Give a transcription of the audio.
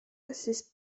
assez